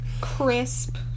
Crisp